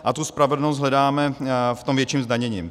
A tu spravedlnost hledáme v tom větším zdanění.